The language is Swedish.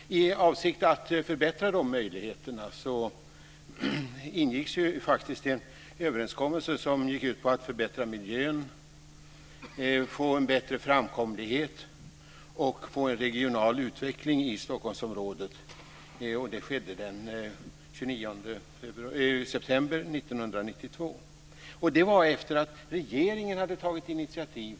I avsikt att förbättra möjligheterna ingicks en överenskommelse som gick ut på att förbättra miljön, få en bättre framkomlighet och en regional utveckling i Stockholmsområdet. Det skedde den 29 september 1992. Det var efter att regeringen hade tagit initiativ.